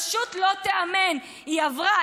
פשוט לא תיאמן: היא עברה,